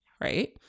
right